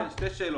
שתי שאלות: